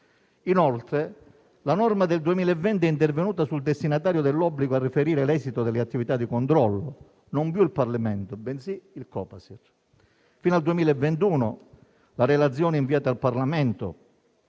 Inoltre, la norma del 2020 è intervenuta sul destinatario dell'obbligo a riferire l'esito delle attività di controllo: non più il Parlamento, bensì il Copasir. Fino al 2021 la relazione inviata al Parlamento